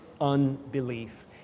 unbelief